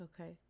Okay